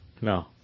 no